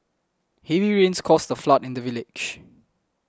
heavy rains caused a flood in the village